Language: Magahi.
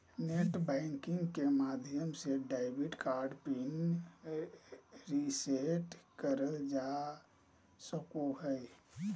नेट बैंकिंग के माध्यम से डेबिट कार्ड पिन रीसेट करल जा सको हय